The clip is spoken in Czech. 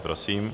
Prosím.